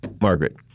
Margaret